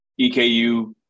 EKU